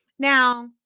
Now